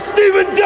Stephen